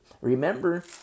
Remember